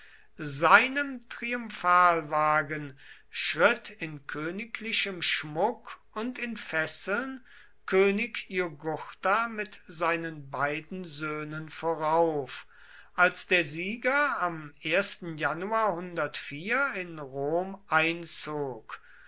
seinem triumphalwagen schritt in königlichem schmuck und in fesseln könig jugurtha mit seinen beiden söhnen vorauf als der sieger am januar in rom einzog